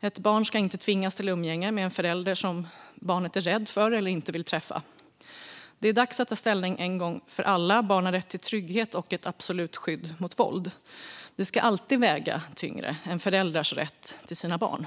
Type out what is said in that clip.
Ett barn ska inte tvingas till umgänge med en förälder som barnet är rädd för eller inte vill träffa. Det är dags att ta ställning en gång för alla - barn har rätt till trygghet och ett absolut skydd mot våld. Det ska alltid väga tyngre än föräldrars rätt till sina barn.